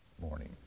morning